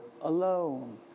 alone